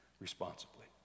responsibly